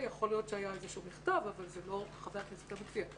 כאן יכול להיות שהיה איזשהו מכתב אבל זה לא חבר הכנסת המציע.